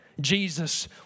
Jesus